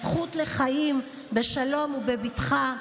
הזכות לחיים בשלום ובבטחה,